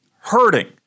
hurting